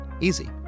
Easy